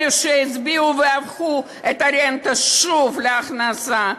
אלה שהצביעו והפכו את הרנטה שוב להכנסה,